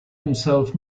himself